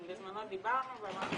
בזמנו דיברנו ואמרנו